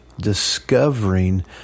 discovering